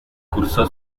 cursó